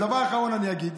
דבר אחרון אני אגיד.